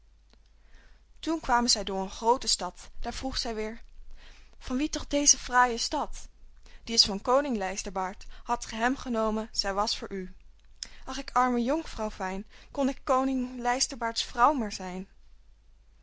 toen kwamen zij door een groote stad daar vroeg zij weêr van wie toch deze fraaie stad die is van koning lijsterbaard hadt ge hem genomen zij was voor u ach ik arme jonkvrouw fijn kon k koning lijsterbaard's vrouw maar zijn